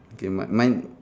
okay mine mine